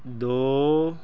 ਦੋ